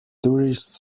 tourists